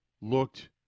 looked –